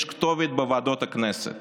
יש כתובת בוועדות הכנסת.